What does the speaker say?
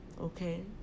Okay